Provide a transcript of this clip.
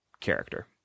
character